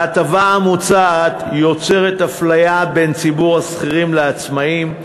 ההטבה המוצעת יוצרת אפליה בין ציבור השכירים לעצמאים,